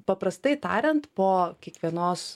paprastai tariant po kiekvienos